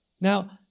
Now